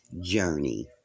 journey